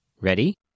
Ready